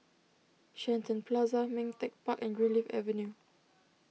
Shenton Plaza Ming Teck Park and Greenleaf Avenue